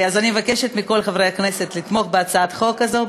אני מבקשת מכל חברי הכנסת לתמוך בהצעת החוק הזאת,